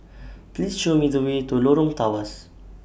Please Show Me The Way to Lorong Tawas